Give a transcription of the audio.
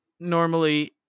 normally